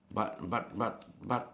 but but but but